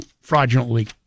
fraudulently